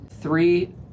three